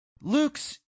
luke's